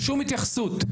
שום התייחסות,